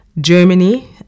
Germany